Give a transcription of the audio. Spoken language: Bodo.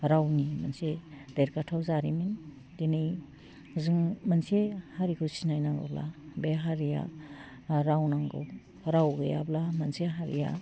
रावनि मोनसे देरगाथाव जारिमिन दिनै जों मोनसे हारिखौ सिनाय नांगौब्ला बे हारिया राव नांगौ राव गैयाब्ला मोनसे हारिया